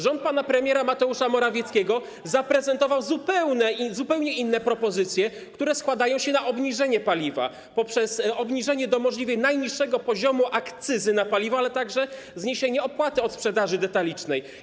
Rząd pana premiera Mateusza Morawieckiego zaprezentował zupełnie inne propozycje, które składają się na obniżenie paliwa, np. obniżenie do możliwie najniższego poziomu akcyzy na paliwo, a także zniesienie opłaty od sprzedaży detalicznej.